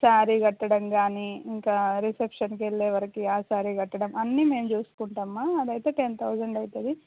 శారీ కట్టడం గానీ ఇంకా రిసెప్షన్కెళ్ళే వరకి శారీ కట్టడం అన్నీ మేం చూసుకుంటాం మా అదైతే టెన్ తౌజండ్ అవుతుంది